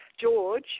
George